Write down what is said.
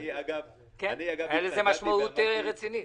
הייתה לזה משמעות רצינית.